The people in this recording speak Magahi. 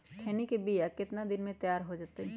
खैनी के बिया कितना दिन मे तैयार हो जताइए?